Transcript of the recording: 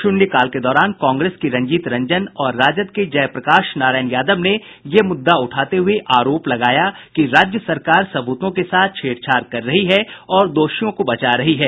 शून्यकाल के दौरान कांग्रेस की रंजीत रंजन और राजद के जयप्रकाश नारायण यादव ने ये मुद्दा उठाते हुए आरोप लगाया कि राज्य सरकार सबूतों के साथ छेड़छाड़ कर रही है और दोषियों को बचा रही है